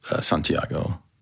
Santiago